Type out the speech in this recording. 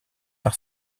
par